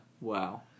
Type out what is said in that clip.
Wow